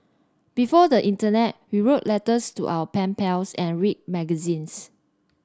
before the Internet we wrote letters to our pen pals and read magazines